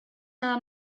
nada